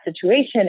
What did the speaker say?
situation